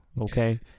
okay